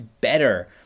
better